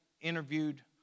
interviewed